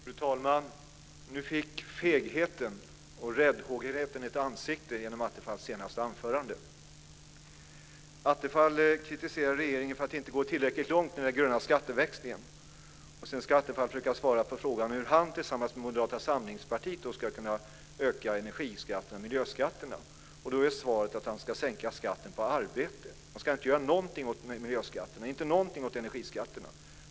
Fru talman! Nu fick fegheten och räddhågsenheten ett ansikte genom Attefalls senaste anförande. Attefall kritiserar regeringen för att inte gå tillräckligt långt med den gröna skatteväxlingen. Sedan ska Attefall försöka svara på frågan hur han tillsammans med Moderata samlingspartiet ska kunna öka energiskatterna och miljöskatterna. Då är svaret att han ska sänka skatten på arbete. Han ska inte göra någonting åt miljöskatterna eller energiskatterna.